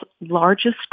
largest